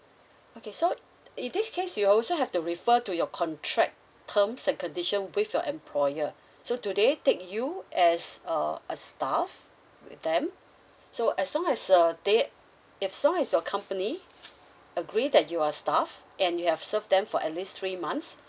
okay so in this case you also have to refer to your contract terms and condition with your employer so do they take you as uh a staff with them so as long as uh they as long as your company agree that you are staff and you have served them for at least three months